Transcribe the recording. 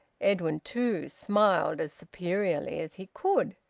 edwin, too, smiled, as superiorly as he could,